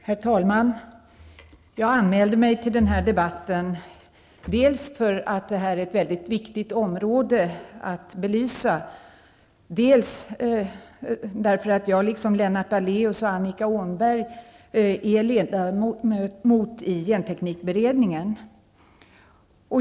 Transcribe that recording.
Herr talman! Jag anmälde mig till denna debatt dels därför att detta är ett mycket viktigt område att belysa, dels därför att jag liksom Lennart Daléus och Annika Åhnberg är ledamot i genteknikberedningen.